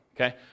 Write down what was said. Okay